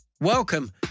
Welcome